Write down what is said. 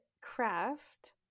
craft